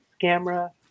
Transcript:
camera